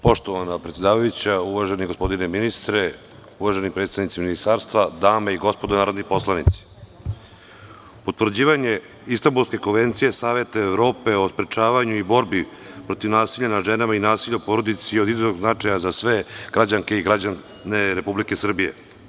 Poštovana predsedavajuća, uvaženi gospodine ministre, uvaženi predstavnici Ministarstva, dame i gospodo narodni poslanici, potvrđivanje Istambulske konvencije Saveta Evrope o sprečavanju i borbi protiv nasilja nad ženama i nasilja u porodici je od izuzetnog značaja za sve građanke i građane Republike Srbije.